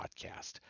podcast